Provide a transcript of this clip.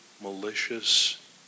malicious